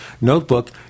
notebook